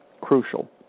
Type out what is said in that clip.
Crucial